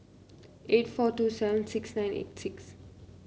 eight four two seven six nine eight six